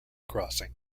crossing